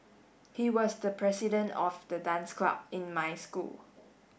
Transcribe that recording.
he was the president of the dance club in my school